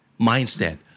mindset